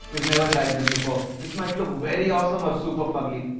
we've never tried this before! this might look very awesome or super fugly!